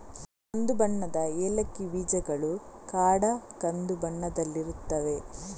ಕಂದು ಬಣ್ಣದ ಏಲಕ್ಕಿ ಬೀಜಗಳು ಗಾಢ ಕಂದು ಬಣ್ಣದಲ್ಲಿರುತ್ತವೆ